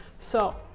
so,